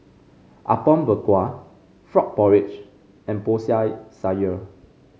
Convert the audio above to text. Apom Berkuah Frog Porridge and Sayur